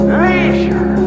leisure